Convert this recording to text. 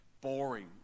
boring